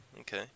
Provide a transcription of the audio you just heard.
Okay